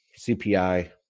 CPI